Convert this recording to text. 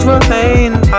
remain